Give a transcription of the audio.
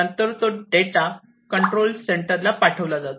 नंतर तो data control सेंटरला पाठविला जातो